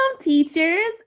teachers